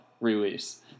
release